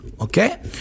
Okay